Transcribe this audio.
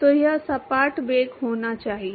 तो यह सपाट वेग होना चाहिए